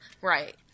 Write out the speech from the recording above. Right